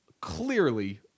clearly